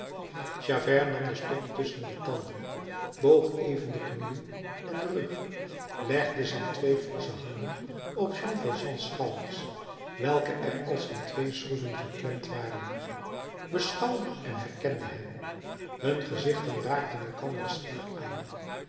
nam den stok tusschen de tanden boog even de knieën en den rug legde zijn twee forsche handen op jean valjeans schouders welke er als in twee schroeven geklemd werden beschouwde en herkende hem hun gezichten raakten elkander schier aan